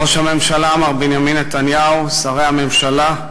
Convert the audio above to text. ראש הממשלה מר בנימין נתניהו, שרי הממשלה,